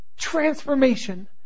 transformation